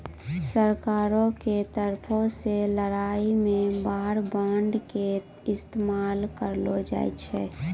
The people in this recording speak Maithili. सरकारो के तरफो से लड़ाई मे वार बांड के इस्तेमाल करलो जाय छै